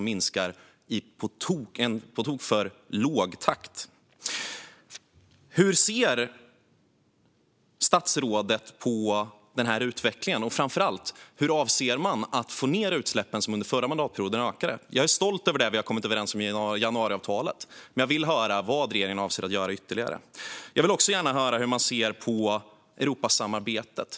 Det slår också Naturvårdsverket fast. Hur ser statsrådet på den här utvecklingen? Och, framför allt: Hur avser man att få ned utsläppen, som under förra mandatperioden ökade? Jag är stolt över det vi har kommit överens om i januariavtalet, men jag vill höra vad regeringen avser att göra ytterligare. Jag vill också gärna höra hur man ser på Europasamarbetet.